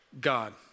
God